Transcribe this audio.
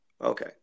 Okay